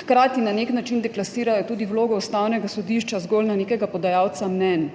Hkrati na nek način deplasirajo tudi vlogo Ustavnega sodišča zgolj na nekega podajalca mnenj.